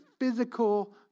physical